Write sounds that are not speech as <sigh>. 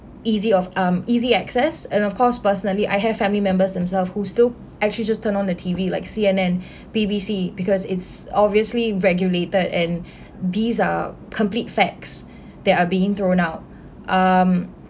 easy of um easy access and of course personally I have family members themselves who still actually just turn on the T_V like C_N_N <breath> B_B_C because it's obviously regulated and <breath> these are complete facts that are being thrown out um